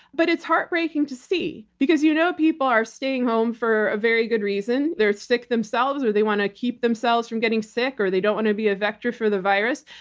but it's heartbreaking to see because you know people are staying home for a very good reason. they are sick themselves, or they want to keep themselves from getting sick, or they don't want to be a vector for the virus.